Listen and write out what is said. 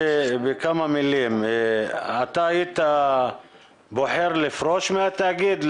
אתה היית בוחר לפרוש מהתאגיד,